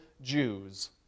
Jews